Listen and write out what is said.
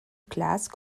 classes